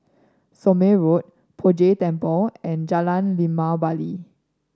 Somme Road Poh Jay Temple and Jalan Limau Bali